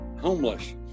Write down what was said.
homeless